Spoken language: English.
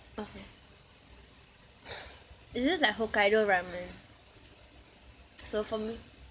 okay is this like Hokkaido ramen so for me